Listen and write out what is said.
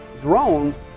drones